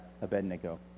Abednego